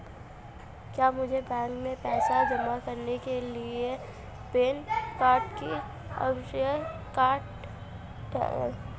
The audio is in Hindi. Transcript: क्या मुझे बैंक में पैसा जमा करने के लिए पैन कार्ड की आवश्यकता है?